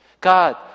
God